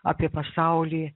apie pasaulį